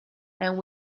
and